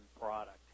product